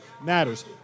matters